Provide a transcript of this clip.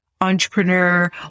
entrepreneur